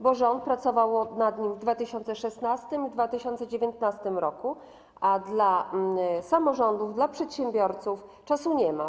Bo rząd pracował nad nim w 2016 r. i w 2019 r., a dla samorządów, dla przedsiębiorców czasu nie ma.